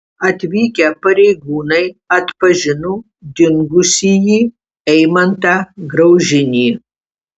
atvykę pareigūnai atpažino dingusįjį eimantą graužinį